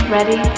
Ready